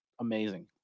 amazing